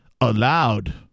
Allowed